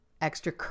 extra